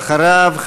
ואחריו,